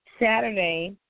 Saturday